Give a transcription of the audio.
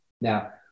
Now